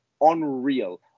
unreal